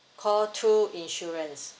call two insurance